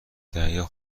دریا